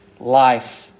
Life